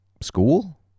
school